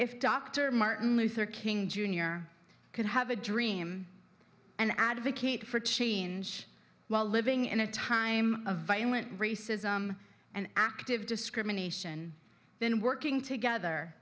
if dr martin luther king jr could have a dream an advocate for change while living in a time of violent racism and active discrimination then working together